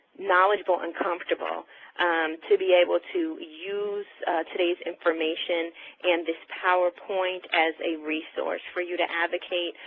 knowledgeable and comfortable to be able to use today's information and this power point as a resource for you to advocate,